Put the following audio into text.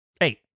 Eight